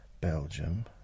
Belgium